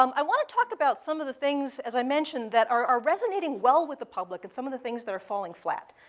um i want to talk about some of the things, as i mentioned, that are resonating well with the public, and some of the things that are falling flat.